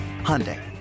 Hyundai